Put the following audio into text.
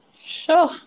sure